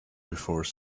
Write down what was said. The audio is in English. before